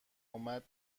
اومد